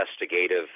investigative